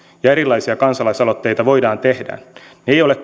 ja erilaisia kansalaisaloitteita voidaan tehdä ei ole